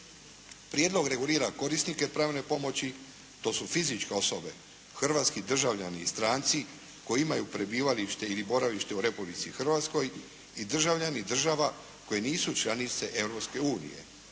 Prijedlog regulira korisnike pravne pomoći. To su fizičke osobe, hrvatski državljani i stranci koji imaju prebivalište ili boravište u Republici Hrvatskoj i državljani i država koji nisu članice